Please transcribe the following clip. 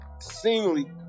seemingly